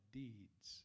deeds